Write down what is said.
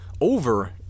over